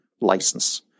license